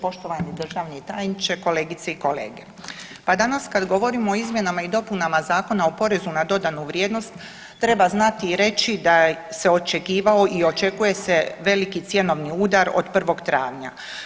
Poštovani državni tajniče, kolegice i kolege, pa danas kad govorimo o izmjenama i dopuna Zakona o porezu na dodanu vrijednost treba znati i reći da se očekivao i očekuje se veliki cjenovni udar od 1. travnja.